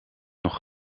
nog